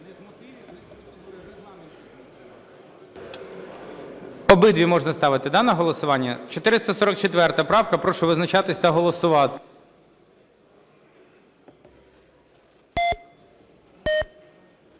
Обидві можна ставити, да, на голосування? 444 правка. Прошу визначатись та голосувати.